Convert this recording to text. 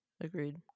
agreed